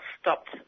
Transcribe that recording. stopped